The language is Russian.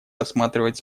рассматривать